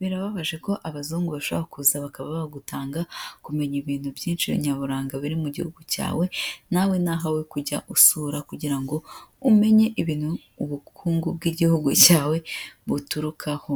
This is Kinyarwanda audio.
Birababaje ko abazungu bashobora kuza bakaba bagutanga kumenya ibintu byinshi nyaburanga biri mu gihugu cyawe, nawe ni ahawe kujya usura kugira ngo umenye ibintu ubukungu bw'Igihugu cyawe buturukaho.